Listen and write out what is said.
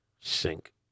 Sink